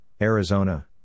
Arizona